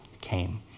came